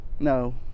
No